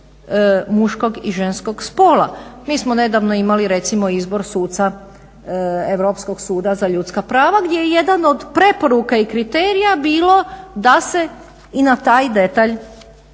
muškog i ženskog spola. Mi smo nedavno imali recimo izbor suca Europskog suda za ljudska prava gdje je jedna od preporuka i kriterija bilo da se i na taj detalj uz